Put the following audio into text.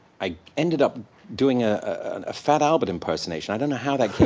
i ended up doing a fat albert impersonation. i don't know how that came